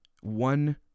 One